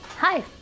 Hi